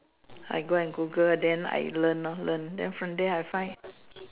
I go and Google then I learn lor learn then from there I find